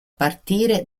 partire